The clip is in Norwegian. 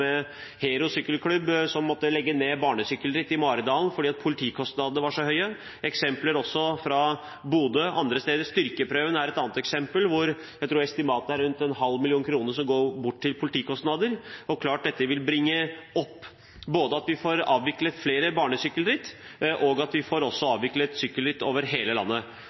måtte legge ned barnesykkelrittet i Maridalen fordi politikostnadene var så høye. Det er også eksempler fra Bodø og andre steder. Styrkeprøven er et annet eksempel, hvor jeg tror det er estimert at rundt 0,5 mill. kr går bort i politikostnader. Det er klart at dette vil bety at vi får avviklet flere barnesykkelritt, og at vi får avviklet sykkelritt over hele landet.